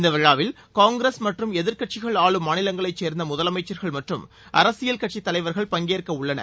இந்த விழாவில் காங்கிரஸ் மற்றம் எதிர்க்கட்சிகள் ஆளும் மாநிலங்களைச் சேர்ந்த முதலமைச்சர்கள் மற்றும் அரசியல் கட்சித் தலைவர்கள் பங்கேற்க உள்ளனர்